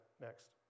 next